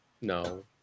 No